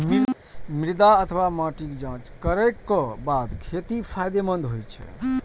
मृदा अथवा माटिक जांच करैक बाद खेती फायदेमंद होइ छै